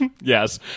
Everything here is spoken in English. Yes